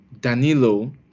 Danilo